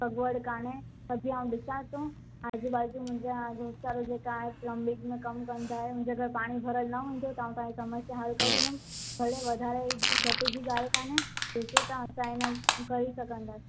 रुॻो काने त बि आउं ॾिसां थो आजू बाजू मुंहिंजा जेका आहे प्लम्बिंग जो कमु कनि था मुंहिंजे घर पाणी भरियलु न हूंदो त आउं ॿाहिरि कमु करे ॾींदमि घणी वधारे घटि जी ॻाल्हि कान्हे एतिरो त आहे न असां करे सघंदासीं